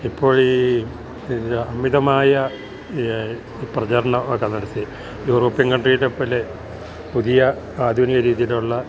ഇപ്പോഴീ അമിതമായ പ്രചരണവൊക്കെ നടത്തി യൂറോപ്പ്യൻ കണ്ട്രീടെപ്പോലെ പുതിയ ആധുനിക രീതീലൊള്ള